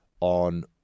on